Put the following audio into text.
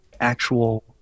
actual